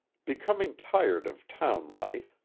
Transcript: becoming tired of town life,